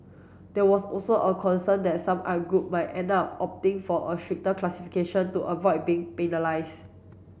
there was also a concern that some art group might end up opting for a stricter classification to avoid being penalise